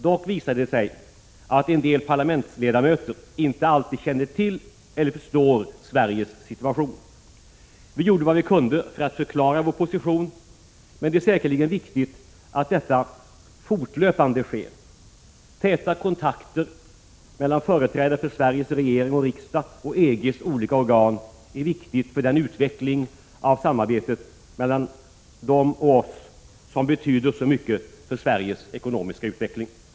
Dock visade det sig att parlamentsledamöterna inte alltid kände till eller förstod Sveriges situation. Vi gjorde vad vi kunde för att förklara vår position. Det är säkerligen viktigt att detta sker fortlöpande. Täta kontakter mellan företrädare för Sveriges regering och riksdag och EG:s olika organ är viktiga för den utveckling av samarbetet mellan dem och oss, vilket betyder så mycket för Sveriges ekonomiska utveckling. Herr talman!